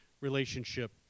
relationship